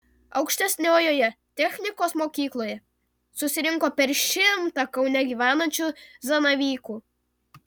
aukštesniojoje technikos mokykloje susirinko per šimtą kaune gyvenančių zanavykų